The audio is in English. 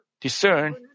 discern